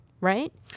right